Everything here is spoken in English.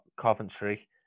Coventry